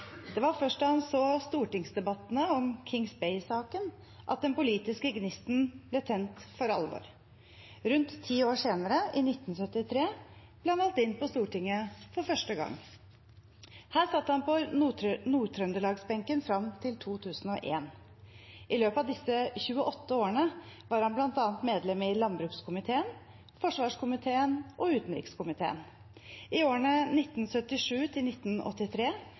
Det var først da han så stortingsdebattene om Kings Bay-saken, at den politiske gnisten ble tent for alvor. Rundt ti år senere, i 1973, ble han valgt inn på Stortinget for første gang. Her satt han på Nord-Trøndelag-benken fram til 2001. I løpet av disse 28 årene var han bl.a. medlem i landbrukskomiteen, forsvarskomiteen og utenrikskomiteen. I årene